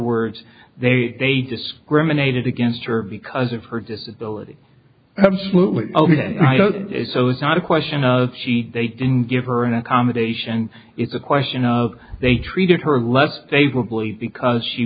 words they discriminated against her because of her disability absolutely so it's not a question of they didn't give her an accommodation it's a question of they treated her less favorably because she